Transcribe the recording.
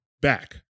back